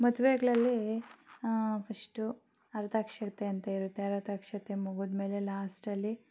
ಮದ್ವೆಗಳಲ್ಲಿ first ಆರ್ತಕ್ಷತೆ ಅಂತ ಇರುತ್ತೆ ಆರತಕ್ಷತೆ ಮುಗಿದ್ಮೇಲೆ ಲಾಸ್ಟಲ್ಲಿ